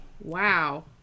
Wow